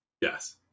yes